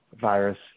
virus